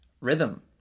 rhythm